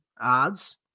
odds